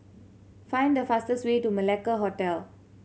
find the fastest way to Malacca Hotel